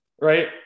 right